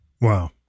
Wow